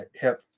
help